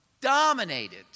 dominated